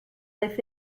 lived